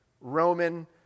Roman